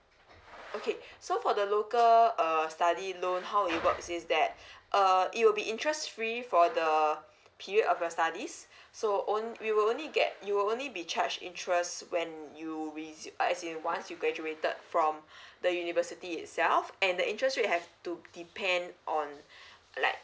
okay so for the local err study loan how it works is that uh it will be interest free for the period of your studies so onl~ we will only get you will only be charged interests when you vis~ uh as in once you graduated from the university itself and the interest rate have to depend on like